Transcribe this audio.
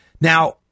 Now